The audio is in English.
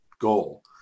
goal